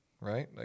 right